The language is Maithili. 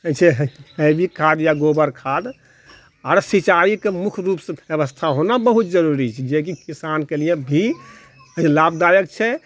छै जैविक खाद्य या गोबर खाद्य आर सिंचाइके मुख्य रूपसँ व्यवस्था होना बहुत जरूरी छै जेकि किसानके लिए भी लाभदायक छै